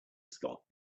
scott